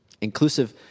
Inclusive